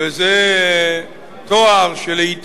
זה תואר שלעתים